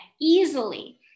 easily